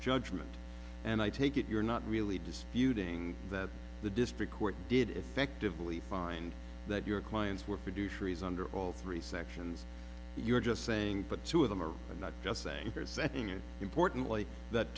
judgment and i take it you're not really disputing that the district court did effectively find that your clients were produced trees under all three sections you're just saying but two of them are not just saying they're setting it importantly that